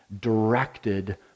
directed